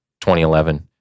2011